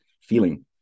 feeling